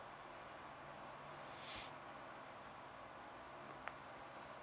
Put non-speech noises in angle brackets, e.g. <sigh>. <breath>